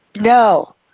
No